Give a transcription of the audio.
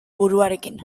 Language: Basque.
buruarekin